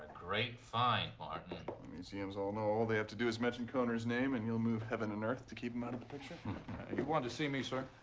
great find, martin. but the museums all know all they have to do is mention kohner's name, and he'll move heaven and earth to keep them out of the picture. you wanted to see me, sir?